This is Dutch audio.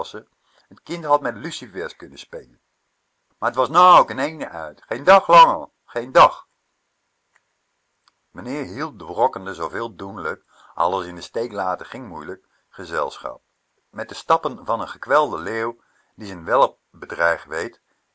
kind had met lucifers kunnen spelen maar t was nou ook in eene uit geen dag langer geen dag meneer hield de wrokkende zooveel doenlijk alles in den steek laten ging moeilijk gezelschap met de stappen van n gekwelden leeuw die z'n welp bedreigd weet